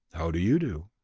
how do you do.